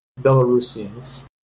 Belarusians